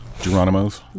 Geronimo's